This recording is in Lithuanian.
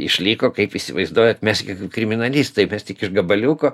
išliko kaip įsivaizduojat mes ghi kriminalistai mes tik iš gabaliuko